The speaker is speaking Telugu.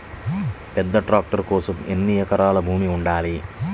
పెద్ద ట్రాక్టర్ కోసం ఎన్ని ఎకరాల భూమి ఉండాలి?